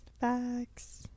Facts